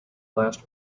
last